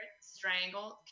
strangled